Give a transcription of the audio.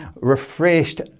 refreshed